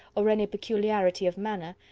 or any peculiarity of manner,